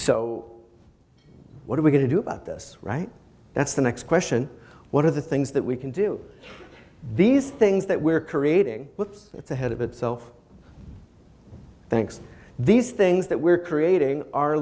so what are we going to do about this right that's the next question what are the things that we can do these things that we're creating books it's ahead of itself thanks these things that we're creating